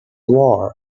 war